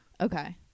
okay